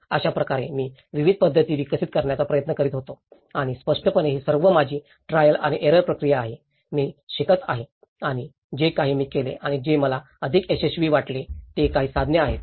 तर अशाप्रकारे मी विविध पद्धती विकसित करण्याचा प्रयत्न करीत होतो आणि स्पष्टपणे ही सर्व माझी ट्रायल आणि एर्रर्र प्रक्रिया आहे मी शिकत आहे आणि जे काही मी केले आणि जे मला अधिक यशस्वी वाटले ते काही साधने आहेत